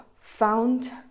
found